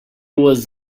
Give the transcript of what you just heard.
was